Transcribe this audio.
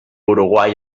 uruguai